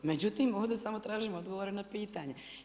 Međutim, ovdje samo tražimo odgovore na pitanje.